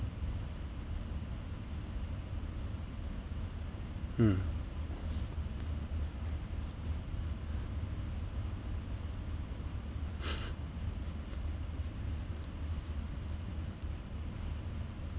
mm